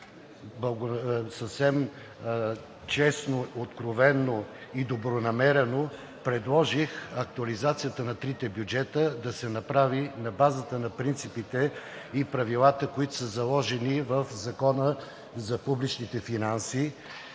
съвсем честно, откровено и добронамерено предложих актуализацията на трите бюджета да се направи на базата на принципите и правилата, които са заложени в Закона за публичните финанси,